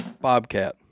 bobcat